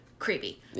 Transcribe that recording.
creepy